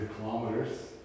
kilometers